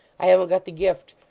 i haven't got the gift.